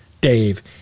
Dave